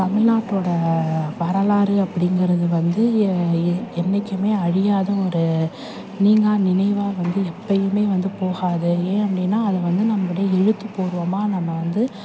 தமிழ்நாட்டோட வரலாறு அப்படிங்கறது வந்து என்றைக்குமே அழியாத ஒரு நீங்கா நினைவாக வந்து எப்பயுமே வந்து போகாது ஏன் அப்படின்னா அது வந்து நம்முடைய எழுத்து பூர்வமாக நம்ம வந்து